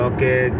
Okay